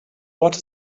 what